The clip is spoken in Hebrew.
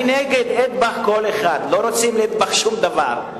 אני נגד אטבח כל אחד, לא רוצים ל"אטבח" שום דבר.